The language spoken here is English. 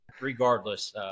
regardless